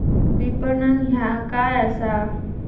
विपणन ह्या काय असा?